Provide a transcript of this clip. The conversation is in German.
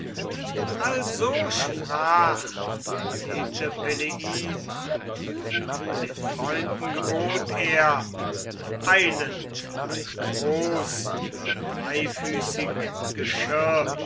also sprach der edle peleid und den freunden gebot er eilend ein groß dreifüßig geschirr